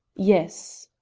yes.